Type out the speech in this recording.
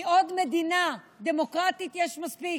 כי עוד מדינה דמוקרטית יש מספיק.